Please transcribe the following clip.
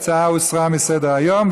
ההצעה הוסרה מסדר-היום.